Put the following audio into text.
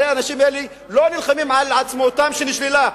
הרי האנשים האלה לא נלחמים על עצמאותם שנשללה,